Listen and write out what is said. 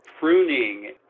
pruning